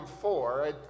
four